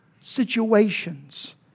situations